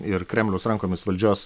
ir kremliaus rankomis valdžios